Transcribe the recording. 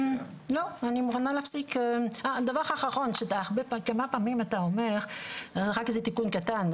זה רק תיקון קטן,